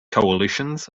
coalitions